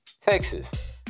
Texas